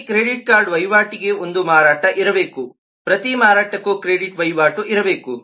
ಪ್ರತಿ credit card ವಹಿವಾಟಿಗೆ ಒಂದು ಮಾರಾಟ ಇರಬೇಕು ಪ್ರತಿ ಮಾರಾಟಕ್ಕೂ ಕ್ರೆಡಿಟ್ ವಹಿವಾಟು ಇರಬೇಕು